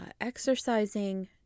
exercising